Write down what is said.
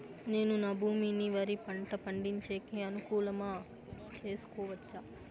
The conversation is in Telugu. నేను నా భూమిని వరి పంట పండించేకి అనుకూలమా చేసుకోవచ్చా?